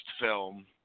film